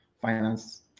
finance